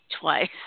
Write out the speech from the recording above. twice